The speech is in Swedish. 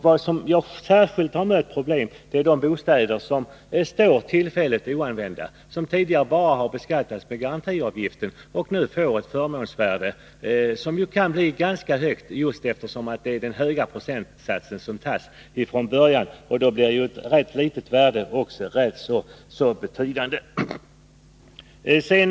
Jag har särskilt mött problem med de bostäder som står tillfälligt oanvända. De har tidigare bara beskattats med garantiavgiften och får nu ett förmånsvärde som kan bli ganska högt, eftersom just den höga procentsatsen tillämpas från början. Då blir förmånsvärdet rätt betydande även vid ett relativt lågt taxeringsvärde.